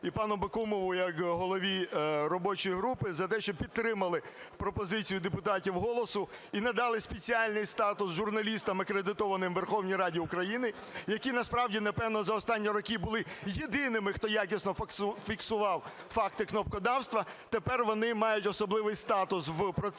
і пану Бакумову як голові робочої групи за те, що підтримали пропозицію депутатів "Голосу" і надали спеціальний статус журналістам, акредитованим у Верховній Раді України, які насправді, напевно, за останні роки були єдиними, хто якісно фіксував факти кнопкодавства, тепер вони мають особливий статус в процесі…